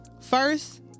first